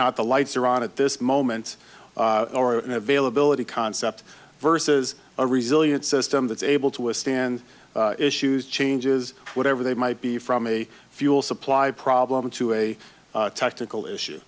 not the lights are on at this moment or an availability concept versus a resilient system that's able to withstand issues changes whatever they might be from a fuel supply problem to a tactical issue